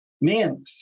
man